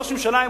ראש הממשלה,